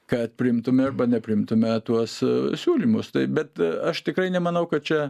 kad priimtume arba nepriimtume tuos siūlymus taip bet aš tikrai nemanau kad čia